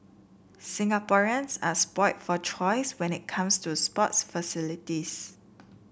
Singaporeans are spoilt for choice when it comes to sports facilities